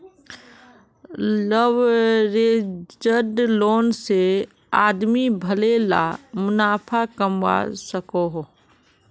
leveraged loan से आदमी भले ला मुनाफ़ा कमवा सकोहो